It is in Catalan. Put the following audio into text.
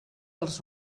els